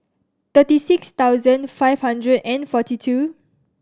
thirty six thousand five hundred and forty two